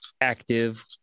active